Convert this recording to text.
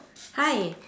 hi